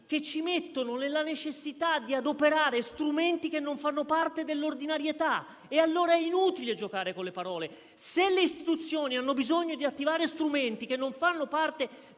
che ci pongono nella necessità di adoperare strumenti che non fanno parte dell'ordinarietà. È allora inutile giocare con le parole: se le istituzioni hanno bisogno di attivare strumenti che non fanno parte